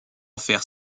faire